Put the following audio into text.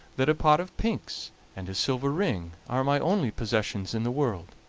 that a pot of pinks and a silver ring are my only possessions in the world.